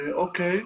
אוקיי,